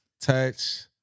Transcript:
touch